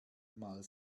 mal